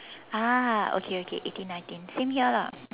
ah okay okay eighteen nineteen same here lah